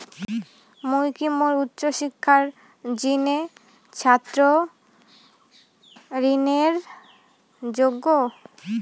মুই কি মোর উচ্চ শিক্ষার জিনে ছাত্র ঋণের যোগ্য?